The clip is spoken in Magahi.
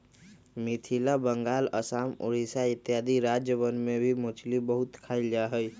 मिथिला बंगाल आसाम उड़ीसा इत्यादि राज्यवन में भी मछली बहुत खाल जाहई